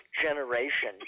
generation